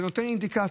וזה נותן אינדיקציות.